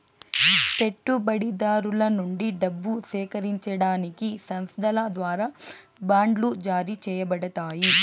పెట్టుబడిదారుల నుండి డబ్బు సేకరించడానికి సంస్థల ద్వారా బాండ్లు జారీ చేయబడతాయి